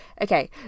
Okay